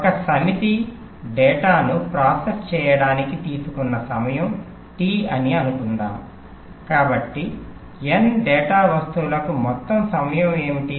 ఒక సమితి డేటాను ప్రాసెస్ చేయడానికి తీసుకున్న సమయం T అని అనుకుందాం కాబట్టి n డేటా వస్తువులకు మొత్తం సమయం ఏమిటి